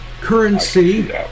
Currency